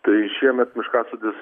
tai šiemet miškasodis